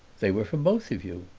they were for both of you.